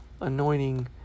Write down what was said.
Anointing